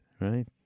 right